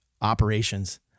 operations